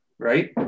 right